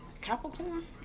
Capricorn